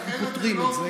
אנחנו פותרים את זה.